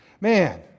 Man